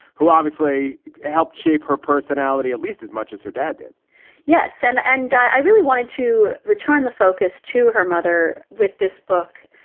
who obviously helped shape her personality at least as much as her dad did yes. and and i really wanted to return the focus to her mother with this book,